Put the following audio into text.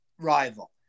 rival